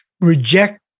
Reject